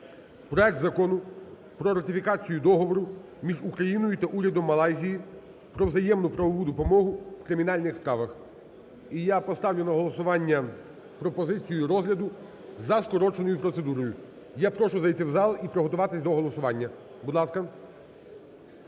проект Закону про ратифікацію Договору між Україною та Урядом Малайзії про взаємну правову допомогу в кримінальних справах. І я поставлю на голосування пропозицію розгляду за скороченою процедурою. Я прошу зайти в зал і приготуватись до голосування. Будь ласка.